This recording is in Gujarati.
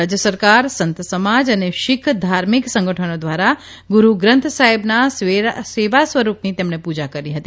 રાજય સરકાર સંત સમાજ અને શિખ ધાર્મિક સંગઠનો દ્વારા ગુરૂ ગ્રંથસાહેબના સેવાસ્વરૂપની તેમણે પૂજા કરી હતી